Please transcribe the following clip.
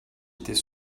était